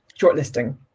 shortlisting